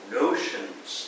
notions